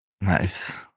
Nice